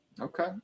Okay